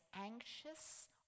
anxious